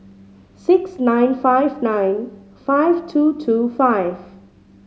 six nine five nine five two two five